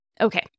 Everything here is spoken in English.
Okay